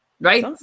Right